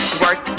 work